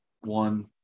one